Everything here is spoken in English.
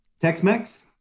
tex-mex